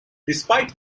despite